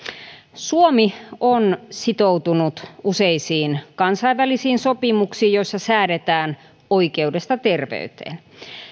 suomi on sitoutunut useisiin kansainvälisiin sopimuksiin joissa säädetään oikeudesta terveyteen